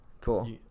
Cool